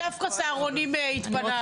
לא, זהו, דווקא סהרונים התפנה לגמרי.